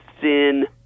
sin